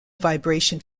vibration